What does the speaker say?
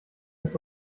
ist